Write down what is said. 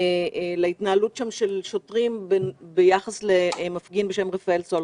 להתנהלות של שוטרים ביחס למפגין בשם רפאל סלומון.